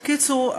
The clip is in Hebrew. בקיצור,